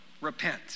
Repent